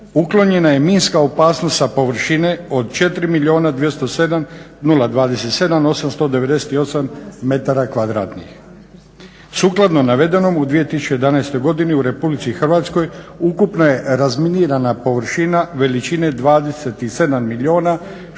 uklonjena je minska opasnost sa površine od 4 milijuna 207 027 898 m2. Sukladno navedenom, u 2011. godini u Republici Hrvatskoj ukupna je razminirana površina veličine 27